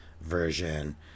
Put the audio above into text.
version